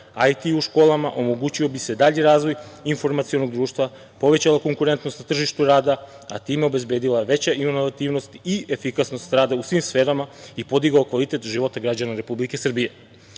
IT u školama omogućio bi se dalji razvoj informacionog društva, povećala konkurentnost na tržištu rada, a time obezbedila veća inovativnost i efikasnost rada u svim sferama i podigao kvalitet života građana Republike Srbije. Faze